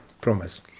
promise